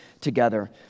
together